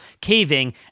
caving